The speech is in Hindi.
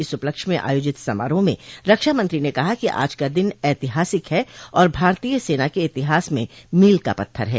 इस ॅउपलक्ष्य म आयोजित समारोह में रक्षामंत्री ने कहा कि आज का दिन ऐतिहासिक है और भारतीय सेना के इतिहास में मील का पत्थर है